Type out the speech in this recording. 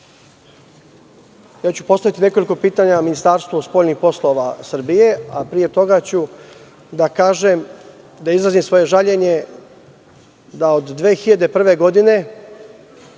postaviću nekoliko pitanja Ministarstvu spoljnih poslova Srbije, a pre toga ću da izrazim svoje žaljenje da od 2001. godine,